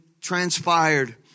transpired